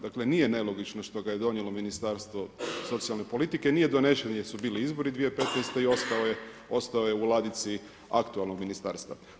Dakle, nije nelogično što ga je donijelo Ministarstvo socijalne politike, nije donesen jer su bili izbori 2015. i ostao je u ladici aktualnog ministarstva.